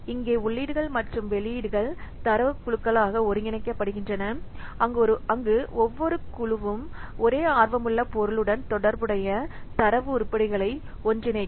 இங்கே உள்ளீடுகள் மற்றும் வெளியீடுகள் தரவுக் குழுக்களாக ஒருங்கிணைக்கப்படுகின்றன அங்கு ஒவ்வொரு குழுவும் ஒரே ஆர்வமுள்ள பொருளுடன் தொடர்புடைய தரவு உருப்படிகளை ஒன்றிணைக்கும்